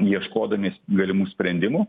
ieškodami galimų sprendimų